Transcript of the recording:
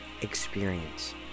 experience